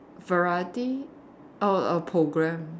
variety or a program